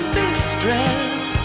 distress